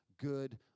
good